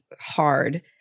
hard